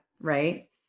right